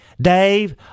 Dave